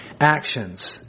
actions